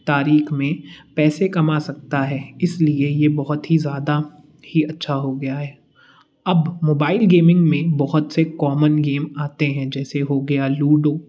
तारीख़ में पैसे कमा सकता है इस लिए ये बहुत ही ज़्यादा ही अच्छा हो गया है अब मोबाइल गेमिंग में बहुत से कॉमन गेम आते हैं जैसे हो गया लूडो